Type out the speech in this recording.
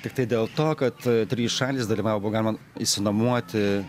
tiktai dėl to kad trys šalys dalyvavo buvo galima išsinuomuoti